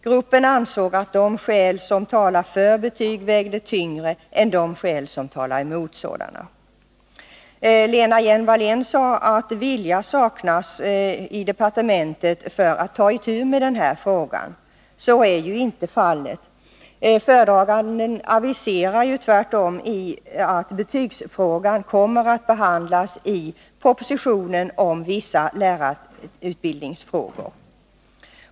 Gruppen ansåg att de skäl som talade för betyg vägde tyngre än de skäl som talade emot sådana. Lena Hjelm-Wallén sade att vilja saknas i departementet att ta itu med den här frågan. Så är inte fallet. Föredraganden aviserar tvärtom att betygsfrågan kommer att behandlas i propositionen om vissa lärarutbildningsfrågor.